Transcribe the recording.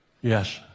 Yes